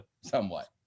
somewhat